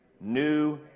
New